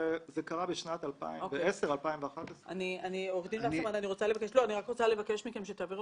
זה קרה בשנת 2010-2011. אני מבקשת שתעבירו